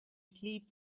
slip